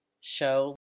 show